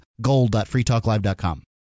gold.freetalklive.com